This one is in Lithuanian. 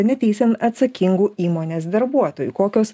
neteisiant atsakingų įmonės darbuotojų kokios